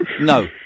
No